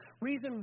reason